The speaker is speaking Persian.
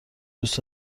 دوست